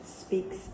speaks